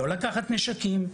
לא לקחת נשקים,